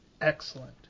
Excellent